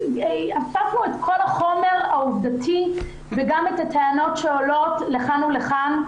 אספנו את כל החומר העובדתי וגם את הטענות שעולות לכאן ולכאן.